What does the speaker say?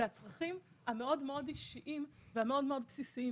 זה הצרכים המאוד אישיים ומאוד בסיסיים.